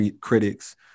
critics